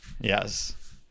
Yes